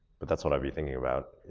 but that's what i'd be thinking about.